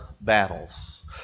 battles